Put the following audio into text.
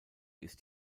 ist